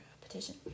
petition